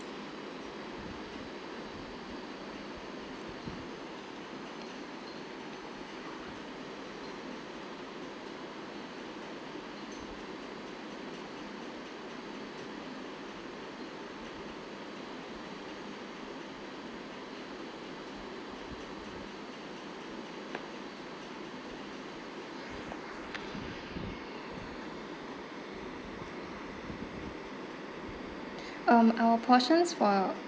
um our portions for